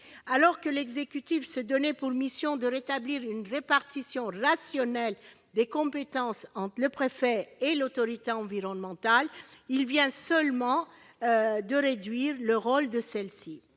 Alors que l'exécutif se donnait pour mission de rétablir une répartition rationnelle des compétences entre le préfet et l'autorité environnementale, il réduit le rôle de cette